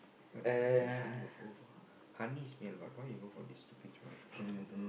but bees only got for for honey smell what why you go for this stupid smell